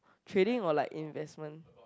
trading or like investment